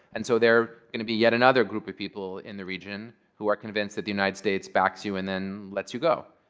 and so they're going to be yet another group of people in the region who are convinced that the united states backs you and then lets you go.